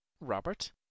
Robert